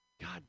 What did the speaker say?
God